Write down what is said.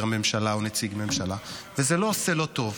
ממשלה או נציג ממשלה וזה לא עושה לו טוב,